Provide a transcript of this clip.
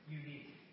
unique